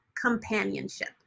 companionship